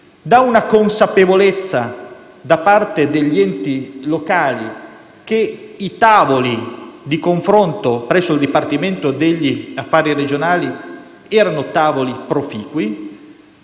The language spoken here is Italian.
dalla consapevolezza, da parte degli enti locali, che i tavoli di confronto presso il Dipartimento per gli affari regionali erano tavoli proficui.